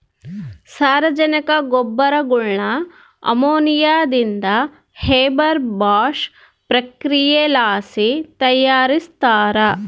ಸಾರಜನಕ ಗೊಬ್ಬರಗುಳ್ನ ಅಮೋನಿಯಾದಿಂದ ಹೇಬರ್ ಬಾಷ್ ಪ್ರಕ್ರಿಯೆಲಾಸಿ ತಯಾರಿಸ್ತಾರ